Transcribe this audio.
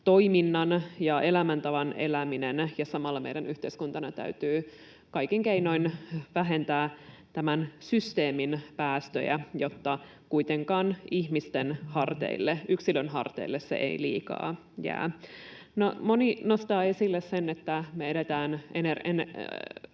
toiminnan ja elämäntavan eläminen, ja samalla meidän yhteiskuntana täytyy kaikin keinoin vähentää tämän systeemin päästöjä, jotta kuitenkaan ihmisten harteille, yksilön harteille se ei liikaa jää. Moni nostaa esille sen, että me eletään